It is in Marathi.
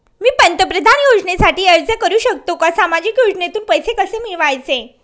मी पंतप्रधान योजनेसाठी अर्ज करु शकतो का? सामाजिक योजनेतून पैसे कसे मिळवायचे